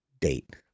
date